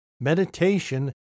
meditation